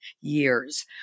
years